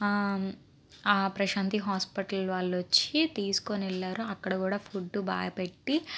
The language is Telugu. ఆ ప్రశాంతి హాస్పటల్ వాళు వచ్చి తీసుకోని వెళ్ళారు అక్కడ కూడా ఫుడ్డు బాగా పెట్టి